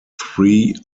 three